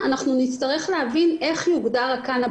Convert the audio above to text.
שמצד אחד אומרים מטופלים 'לאט מדי'